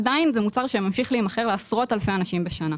עדיין זה מוצר שממשיך להימכר לעשרות אלפי אנשים בשנה.